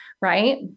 Right